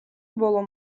ბოლო